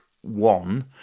one